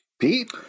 Pete